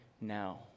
now